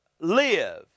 live